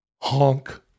Honk